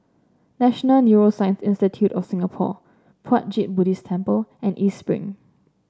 National Neuroscience Institute of Singapore Puat Jit Buddhist Temple and East Spring